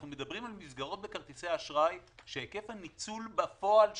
אנחנו מדברים על מסגרות בכרטיסי אשראי שהיקף הניצול בפועל שלהן,